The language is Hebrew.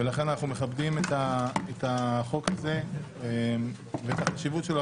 ולכן אנחנו מכבדים את החוק שלו ואת החשיבות שלו.